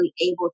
able